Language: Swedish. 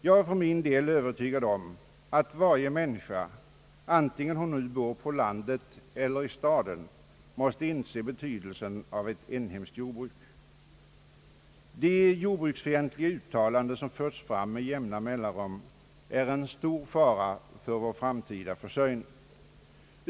Jag är för min del övertygad om att varje människa, antingen hon nu bor på landet eller i staden, måste inse betydelsen av ett inhemskt jordbruk: De jordbruksfientliga uttalanden som förts fram med jämna mellanrum är en stor fara för vår framtida försörjning.